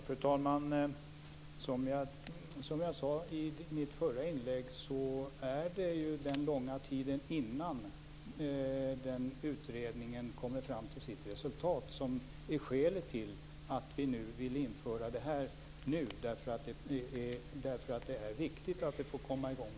Fru talman! Som jag sade i mitt förra inlägg är det ju den långa tiden innan utredningen kommer fram till sitt resultat som är skälet till att vi vill införa detta nu. Det är viktigt att det får komma i gång.